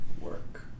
work